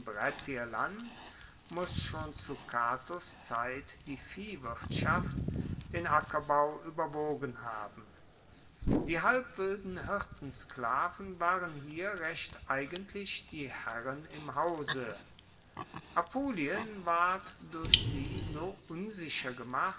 brettierland muss schon zu catos zeit die viehwirtschaft den ackerbau ueberwogen haben die halbwilden hirtensklaven waren hier recht eigentlich die herren im hause apulien ward durch sie so unsicher gemacht